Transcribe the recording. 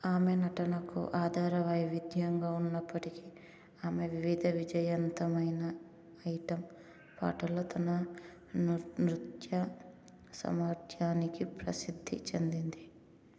ఆమె నటనకు ఆధార వైవిధ్యంగా ఉన్నప్పటికీ ఆమె వివిధ విజయంతమైన ఐటం పాటల్లో తన నృ నృత్య సామర్థ్యానికి ప్రసిద్ధి చెందింది